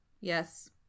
Yes